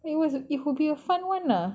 it was a it would be a fun one lah